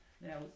Now